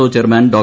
O chairman Dr